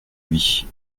lui